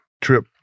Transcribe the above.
trip